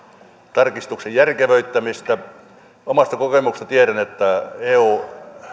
tarkistuksen järkevöittämistä omasta kokemuksesta tiedän että eu